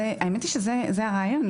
האמת היא שזה הרעיון.